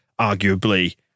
arguably